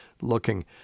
looking